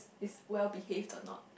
is well behaved or not